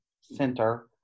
center